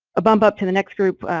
a bump up to the next group,